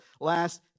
last